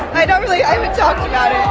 i don't really i haven't talked about it.